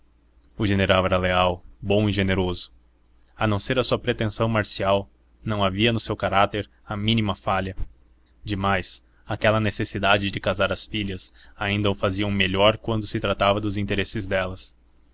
o general era leal bom e generoso a não ser a sua pretensão marcial não havia no seu caráter a mínima falha demais aquela necessidade de casar as filhas ainda o fazia melhor quando se tratava dos interesses delas